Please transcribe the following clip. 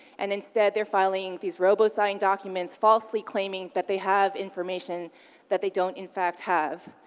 and instead they're filing these robo-signed documents, falsely claiming that they have information that they don't, in fact, have.